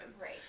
right